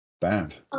band